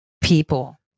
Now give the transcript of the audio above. people